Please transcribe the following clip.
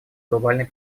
глобальной